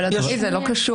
אבל, אדוני, זה לא קשור.